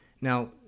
Now